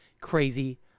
crazy